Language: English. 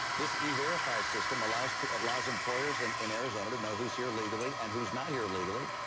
this e-verify system allows but allows employers and in arizona to know who's here legally and who's not here legally.